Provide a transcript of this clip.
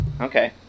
Okay